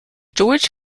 george